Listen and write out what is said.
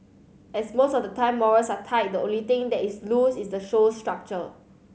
as most of the time morals are tight the only thing that is loose is the show's structure